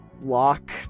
Lock